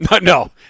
No